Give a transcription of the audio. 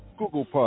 Google